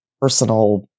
personal